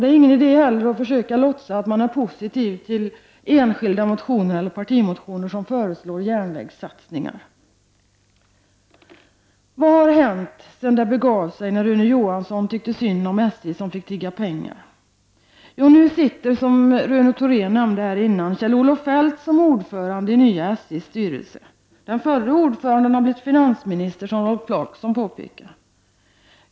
Det är heller ingen idé att försöka låtsas att man är positiv till enskilda motioner eller partimotioner där det föreslås järnvägssatsningar. Vad har hänt sedan det begav sig, då Rune Johansson tyckte synd om SJ som fick tigga pengar? Jo, som Rune Thorén nämnde här innan sitter nu Kjell-Olof Feldt som ordförande i nya SJs styrelse. Som Rolf Clarkson påpekade har den förre ordföranden blivit finansminister.